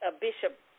Bishop